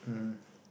mmhmm